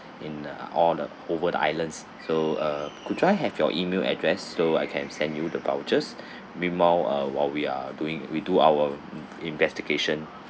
in uh all over the islands so uh could I have your email address so I can send you the vouchers meanwhile uh while we are doing we do our investigation